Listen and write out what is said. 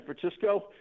Francisco